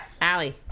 Allie